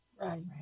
Right